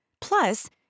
Plus